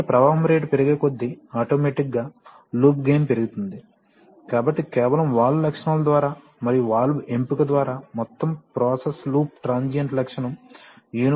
కాబట్టి ప్రవాహం రేటు పెరిగేకొద్దీ ఆటోమేటిక్ గా లూప్ గెయిన్ పెరుగుతుంది కాబట్టి కేవలం వాల్వ్ లక్షణాల ద్వారా మరియు వాల్వ్ ఎంపిక ద్వారా మొత్తం ప్రాసెస్ లూప్ ట్రాన్సియెంట్ లక్షణం యూనిఫామ్ గా నిర్వహించబడుతుంది